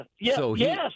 yes